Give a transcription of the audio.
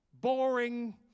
boring